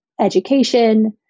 education